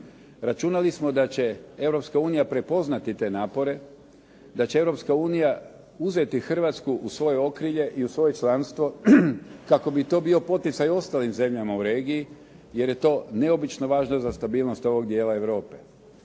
Računali smo da će Europska unija prepoznati te napore, da će Europska unija uzeti Hrvatsku u svoje okrilje i u svoje članstvo kako bi to bio poticaj ostalim zemljama u regiji jer je to neobično važno za stabilnost ovog dijela Europe.